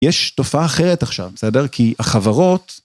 יש תופעה אחרת עכשיו, בסדר? כי החברות...